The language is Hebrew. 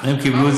הם מימשו את